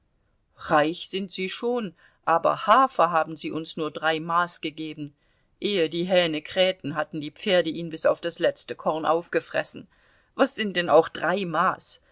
reich sind sie schon aber hafer haben sie uns nur drei maß gegeben ehe die hähne krähten hatten die pferde ihn bis auf das letzte korn aufgefressen was sind denn auch drei maß